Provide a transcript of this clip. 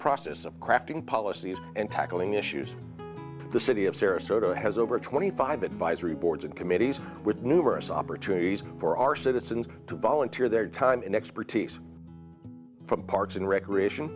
process of crafting policies and tackling issues the city of sarasota has over twenty five advisory boards and committees with numerous opportunities for our citizens to volunteer their time and expertise from parks and recreation